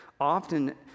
often